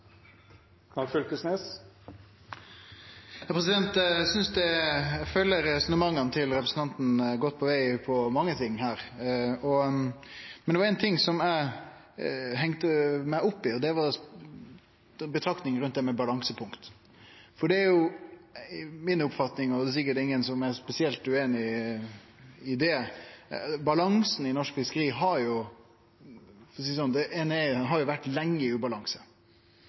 Eg synest eg følgjer resonnementa til representanten godt på veg i mykje, men det var noko eg hengde meg opp i – betraktninga rundt det med balansepunkt. Det er mi oppfatning, og det er sikkert ingen som er spesielt ueinig i det, at balansen i norsk fiskeri har, for å seie det slik, lenge vore i ubalanse. Vi ser det f.eks. på at vi har omtrent fri fartøyutforming, som gjer at ein har deltakarløyve i